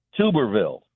Tuberville